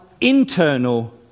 internal